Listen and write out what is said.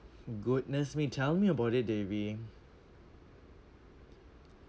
goodness me tell me about it devi